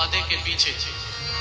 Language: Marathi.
आमची रताळ्याची शेती पण आहे